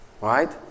Right